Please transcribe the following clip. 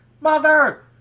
Mother